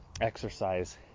exercise